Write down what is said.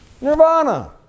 Nirvana